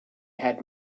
had